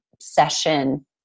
session